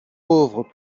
pauvre